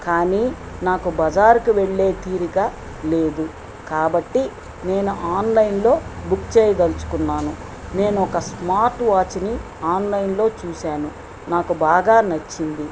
కానీ నాకు బజార్కి వెళ్ళే తీరిక లేదు కాబట్టి నేను ఆన్లైన్లో బుక్ చెయ్యదలుచుకున్నాను నేనొక స్మార్ట్వాచ్ని ఆన్లైన్లో చూసాను నాకు బాగా నచ్చింది